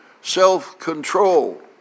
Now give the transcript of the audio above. self-control